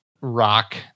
rock